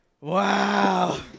wow